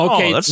Okay